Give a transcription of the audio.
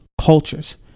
cultures